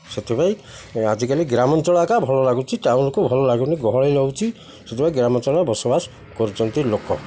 ସେଥିପାଇଁ ଆଜିକାଲି ଗ୍ରାମାଞ୍ଚଳ ଏକା ଭଲ ଲାଗୁଛି ଟାଉନକୁ ଭଲ ଲାଗୁନି ଗହଳି ଲାଗୁଛି ସେଥିପାଇଁ ଗ୍ରାମାଞ୍ଚଳ ବସବାସ କରୁଛନ୍ତି ଲୋକ